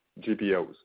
GPOs